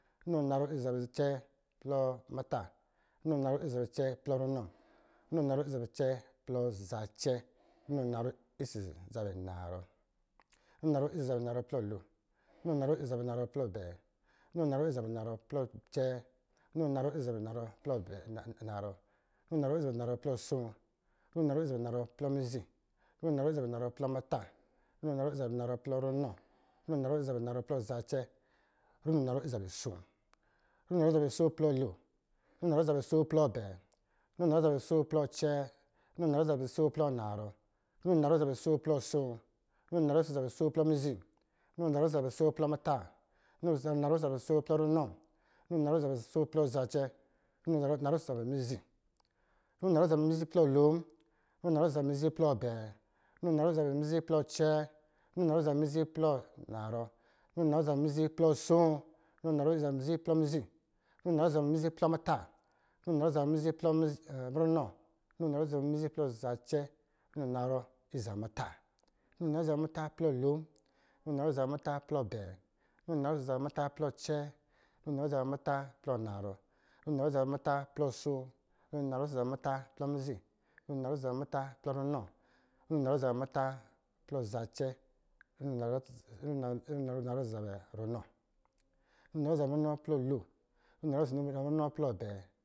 Runo narɔ ɔsɔ̄ zabɛ acɛɛ plɔ muta, runo narɔ ɔsɔ̄ zabɛ acɛɛ plɔ ranɔ, runo narɔ ɔsɔ̄ zabɛ acɛɛ plɔ zacɛ, runo narɔ ɔsɔ̄ zabɛ acɛɛ plɔ navɔ, runo narɔ ɔsɔ̄ zabɛ acɛɛ plɔ lon, runo narɔ ɔsɔ̄ zabɛ acɛɛ plɔ asoo, runo narɔ ɔsɔ̄ zabɛ acɛɛ plɔ acɛɛ, runo narɔ ɔsɔ̄ zabɛ narɔ plɔ narɔ, runo narɔ ɔsɔ̄ zabɛ narɔ plɔ asoo, runo narɔ ɔsɔ̄ zabɛ narɔ plɔ mizi, runo narɔ ɔsɔ̄ zabɛ narɔ plɔ muta, runo narɔ ɔsɔ̄ zabɛ narɔ plɔ mudo, runo narɔ ɔsɔ̄ zabɛ narɔ plɔ zacɛ, runo narɔ ɔsɔ̄ zabɛ asoo, runo narɔ ɔsɔ̄ zabɛ asoo plɔ lon, runo narɔ ɔsɔ̄ zabɛ asoo plɔ abɛɛ, runo narɔ ɔsɔ̄ zabɛ asoo plɔ acɛɛ, runo narɔ ɔsɔ̄ zabɛ asoo plɔ narɔ, runo narɔ ɔsɔ̄ zabɛ asoo plɔ asoo, runo narɔ ɔsɔ̄ zabɛ asoo plɔ mizi, runo narɔ ɔsɔ̄ zabɛ asoo plɔ mata, runo narɔ ɔsɔ̄ zabɛ asoo plɔ mata, runo narɔ ɔsɔ̄ zabɛ asoo plɔ runɔ, runo narɔ ɔsɔ̄ zabɛ asoo plɔ zacɛ, runo narɔ ɔsɔ̄ zabɛ mizi, runo narɔ ɔ̄sɔ zabɛ mizi plɔ lo, runo narɔ ɔ̄sɔ zabɛ mizi plɔ abɛɛ, runo narɔ ɔ̄sɔ zabɛ mizi plɔ abɛɛ, runo narɔ ɔ̄sɔ zabɛ mizi plɔ acɛɛ, runo narɔ ɔ̄sɔ zabɛ mizi plɔ narɔ, runo narɔ ɔ̄sɔ zabɛ mizi plɔ asoo, runo narɔ ɔ̄sɔ zabɛ mizi plɔ mizi, runo narɔ ɔ̄sɔ zabɛ mizi plɔ mato, runo narɔ ɔ̄sɔ zabɛ mizi plɔ runɔ, runo narɔ ɔ̄sɔ zabɛ mizi plɔ zacɛ, runo narɔ ɔ̄sɔ zabɛ mizi plɔ mata, runo narɔ ɔ̄sɔ zabɛ muta plɔ lo, runo narɔ ɔ̄sɔ zabɛ muta plɔ acɛɛ, runo narɔ ɔ̄sɔ zabɛ muta plɔ acɛɛ, runo narɔ ɔ̄sɔ zabɛ muta plɔ navɔ, runo narɔ ɔ̄sɔ zabɛ muta plɔ asoo, runo narɔ ɔ̄sɔ zabɛ muta plɔ mizi, runo narɔ ɔ̄sɔ zabɛ muta plɔ muta, runo narɔ ɔ̄sɔ zabɛ muta plɔ runɔ, runo narɔ ɔ̄sɔ zabɛ muta plɔ zacɛ, runo narɔ ɔ̄sɔ zabɛ runɔ